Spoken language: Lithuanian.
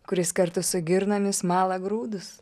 kuris kartu su girnomis mala grūdus